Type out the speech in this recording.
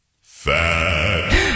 Fat